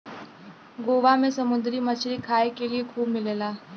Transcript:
गोवा में समुंदरी मछरी खाए के लिए खूब मिलेला